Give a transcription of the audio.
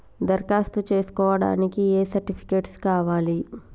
దరఖాస్తు చేస్కోవడానికి ఏ సర్టిఫికేట్స్ కావాలి?